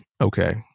okay